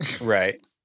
Right